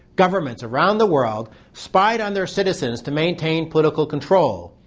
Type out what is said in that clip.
governments around the world spied on their citizens to maintain political control.